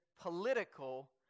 political